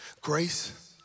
grace